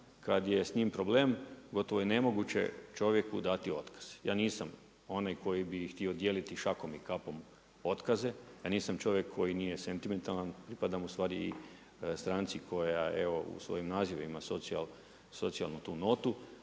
kad je s njim problem, po tom je nemoguće čovjeku dati otkaz. Ja nisam onaj koji bi htio dijeliti šakom i kapom otkaze, ja nisam čovjek koji nije sentimentalan, pa da mu u stvari i stranci koja evo u svojim nazivima socijalnu tu notu.